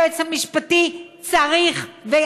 היועץ המשפטי צריך לשמור,